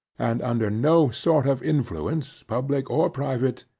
and under no sort of influence public or private,